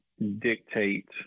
dictate